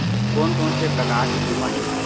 कोन कोन से प्रकार के बीमा हे?